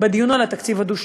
בדיון בתקציב הדו-שנתי.